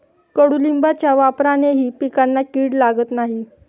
कडुलिंबाच्या वापरानेही पिकांना कीड लागत नाही